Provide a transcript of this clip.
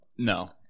No